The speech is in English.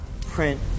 print